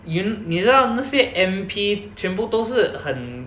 you 你知道那些 M_P 全部都是很